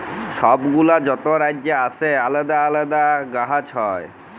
ছব গুলা যত রাজ্যে আসে আলেদা আলেদা গাহাচ হ্যয়